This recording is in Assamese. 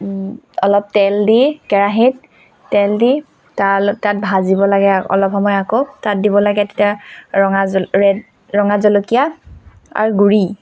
অলপ তেল দি কেৰাহিত তেল দি তাৰ তাত ভাজিব লাগে অলপ সময় আকৌ তাত দিব লাগে তেতিয়া ৰঙা জ ৰেড ৰঙা জলকীয়াৰ গুড়ি